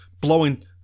blowing